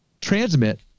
transmit